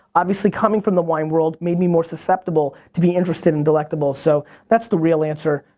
obviously coming from the wine world made me more susceptible to be interested in delectable. so that's the real answer.